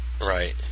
Right